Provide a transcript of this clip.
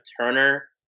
Turner